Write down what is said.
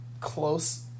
close